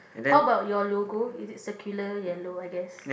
how about your logo circular yellow I guess